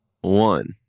one